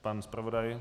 Pan zpravodaj?